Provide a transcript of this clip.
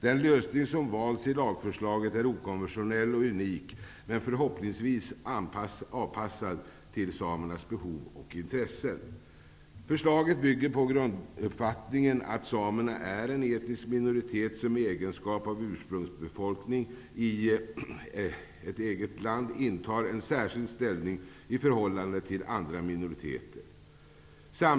Den lösning som valts i lagförslaget är okonventionell och unik, men förhoppningsvis avpassad till samernas behov och intressen. Förslaget bygger på grunduppfattningen att samerna är en etnisk minoritet som i egenskap av ursprungsbefolkning i ett eget land intar en särskild ställning i förhållande till andra minoriteter i landet.